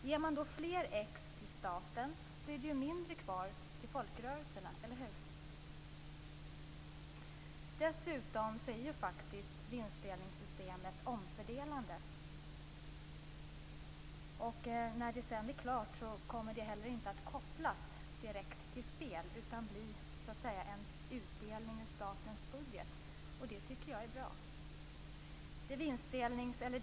Ger man fler kronor till staten blir det mindre kvar till folkrörelserna, eller hur? Dessutom är faktiskt vinstdelningssystemet omfördelande. När det är klart kommer det heller inte att kopplas direkt till spel, utan blir så att säga en utdelning ur statens budget, och det tycker jag är bra.